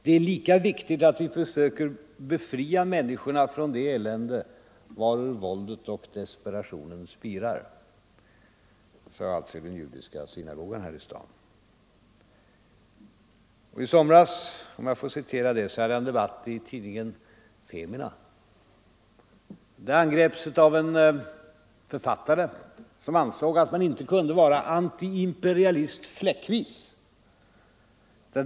Det är lika viktigt att vi försöker befria människorna från det elände varur våldet och desperationen spirar.” Det sade jag alltså i synagogan här i staden. Och i somras — om jag får citera det — hade jag en debatt i tidningen Femina där jag angreps av en författare som ansåg att man inte kunde vara antiimperialist fläckvis.